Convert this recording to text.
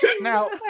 Now